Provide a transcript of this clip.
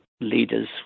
leaders